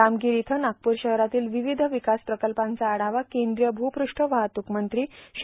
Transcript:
रामगिरी इथं नागपूर शहरातील विविध विकास प्रकल्पांचा आढावा केंद्रीय भूपृष्ठ वाहतूक मंत्री श्री